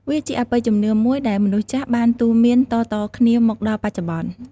វាជាអបិយជំនឿមួយដែលមនុស្សចាស់បានទូន្មានតៗគ្នាមកដល់បច្ចុប្បន្ន។